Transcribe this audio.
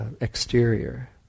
exterior